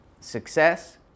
success